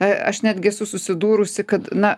aš netgi esu susidūrusi kad na